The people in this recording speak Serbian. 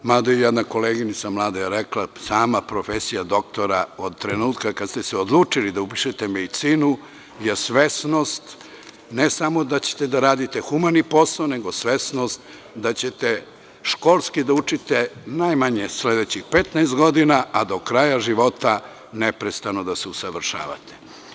Mada jedna koleginica, mlada, je rekla sama profesija doktora od trenutka kada ste se odlučili da upišete medicinu, je svesnost, ne samo da ćete da radite humani posao, nego svesnost da ćete školski da učite najmanje sledećih 15 godina, a do kraja života neprestano da se usavršavate.